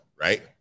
right